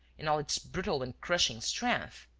in all its brutal and crushing strength.